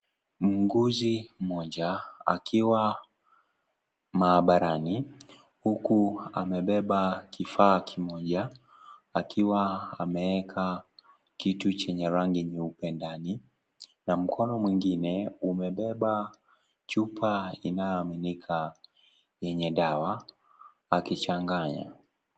Muuguzi mmoja akiwa maabarani ,huku amebeba kifaa kimoja akiwa ameeka kitu kenye rangi nyeupe ndani na mkono mwingine imebeba kitu iliyoandikwa enye dawa akichanganya .